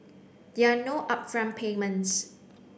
there are no upfront payments